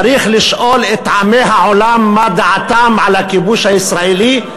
צריך לשאול את עמי העולם מה דעתם על הכיבוש הישראלי,